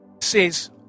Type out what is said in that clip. says